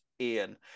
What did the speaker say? Ian